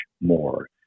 more